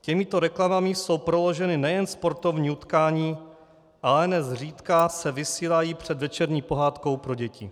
Těmito reklamami jsou proložena nejen sportovní utkání, ale nezřídka se vysílají před večerní pohádkou pro děti.